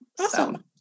Awesome